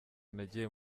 nagiye